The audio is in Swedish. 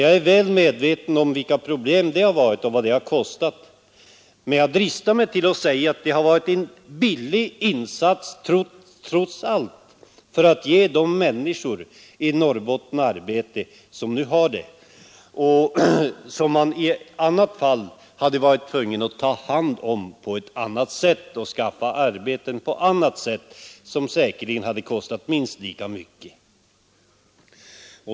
Jag är väl medveten om de problemen och vad de har kostat, men jag dristar mig till att säga att det trots allt har varit en billig insats för att ge de där anställda människorna arbete. I annat fall hade man varit tvungen att ta hand om de människorna och skaffa dem arbete på annat sätt. Det skulle säkerligen ha kostat minst lika mycket.